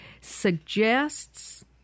suggests